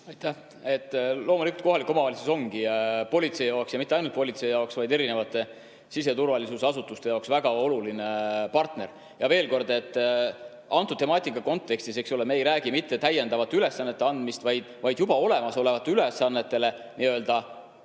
Aitäh! Loomulikult, kohalik omavalitsus ongi politsei jaoks ja mitte ainult politsei jaoks, vaid erinevate siseturvalisuse asutuste jaoks väga oluline partner. Veel kord: selle temaatika kontekstis me ei räägi täiendavate ülesannete andmisest, vaid juba olemasolevatele ülesannetele nii‑öelda